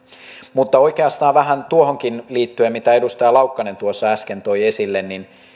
mutta oikeastaan vähän tuohonkin liittyen mitä edustaja laukkanen tuossa äsken toi esille niin